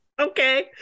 Okay